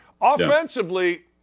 Offensively